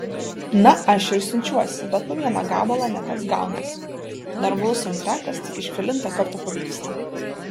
na aš ir siunčiuosi bet po vieną gabalą ne kas gaunasi normalus saundtrekas tik iš kelinto karto pavyksta